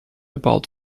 about